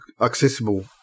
accessible